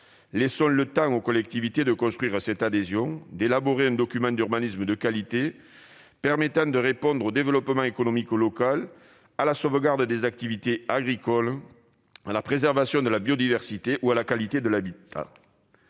Laissons le temps aux collectivités de construire cette adhésion, d'élaborer un document d'urbanisme de qualité permettant de répondre au développement économique local, à la sauvegarde des activités agricoles, à la préservation de la biodiversité ou à la qualité de l'habitat.